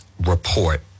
report